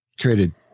created